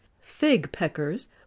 fig-peckers